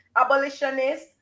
abolitionists